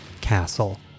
castle